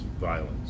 violence